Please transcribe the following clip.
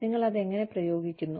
നിങ്ങൾ അത് എങ്ങനെ പ്രയോഗിക്കുന്നു